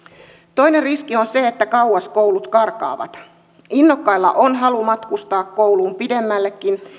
toinen riski on se että koulut karkaavat kauas innokkailla on halu matkustaa kouluun pidemmällekin